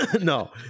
No